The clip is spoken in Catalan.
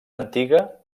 antiga